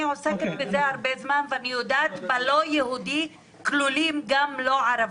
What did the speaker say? אני עוסקת בזה הרבה זמן ואני יודעת בלא-יהודי כלולים גם ערבים.